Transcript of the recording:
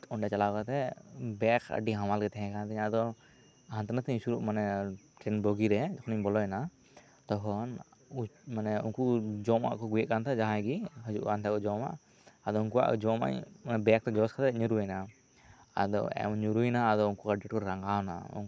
ᱚᱸᱰᱮ ᱪᱟᱞᱟᱣ ᱠᱟᱛᱮᱫ ᱵᱮᱜᱽ ᱟᱹᱰᱤ ᱦᱟᱢᱟᱞ ᱜᱮ ᱛᱟᱦᱮᱸ ᱠᱟᱱ ᱛᱤᱧᱟᱹ ᱟᱫᱚ ᱦᱟᱱᱛᱮ ᱱᱟᱛᱮ ᱤᱧ ᱥᱩᱨᱩᱜ ᱢᱟᱱᱮ ᱢᱤᱫᱴᱮᱱ ᱵᱩᱜᱤᱨᱮ ᱡᱚᱠᱷᱚᱱᱤᱧ ᱵᱚᱞᱚᱭᱮᱱᱟ ᱛᱚᱠᱷᱚᱱ ᱢᱟᱱᱮ ᱩᱱᱠᱩ ᱡᱚᱢᱟᱜ ᱠᱚ ᱟᱜᱩᱭᱮᱫ ᱠᱟᱱ ᱛᱟᱦᱮᱱᱟ ᱡᱟᱦᱟᱸᱭ ᱜᱮ ᱦᱤᱡᱩᱜ ᱠᱟᱱᱛᱟᱦᱮᱱᱟ ᱡᱟᱢᱟᱜ ᱟᱫᱚ ᱩᱱᱠᱩᱣᱟᱜ ᱡᱚᱢᱟᱜ ᱤᱧ ᱚᱱᱟ ᱵᱮᱜᱽ ᱛᱮ ᱡᱚᱥ ᱠᱟᱛᱮᱜ ᱧᱩᱨᱩᱭ ᱮᱱᱟ ᱟᱫᱚ ᱧᱩᱨᱩᱭᱮᱱᱟ ᱟᱫᱚ ᱩᱱᱠᱩ ᱟᱰᱤ ᱠᱚ ᱨᱟᱸᱜᱟᱣ ᱮᱱᱟ